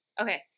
Okay